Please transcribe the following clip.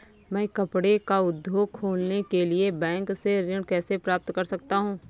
मैं कपड़े का उद्योग खोलने के लिए बैंक से ऋण कैसे प्राप्त कर सकता हूँ?